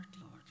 Lord